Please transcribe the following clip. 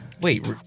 wait